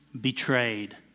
betrayed